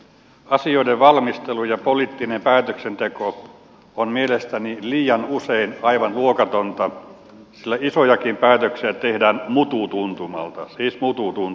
asioiden valmistelu ja poliittinen päätöksenteko on mielestäni liian usein aivan luokatonta sillä isojakin päätöksiä tehdään mututuntumalta siis mututuntumalta